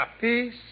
Peace